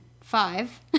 five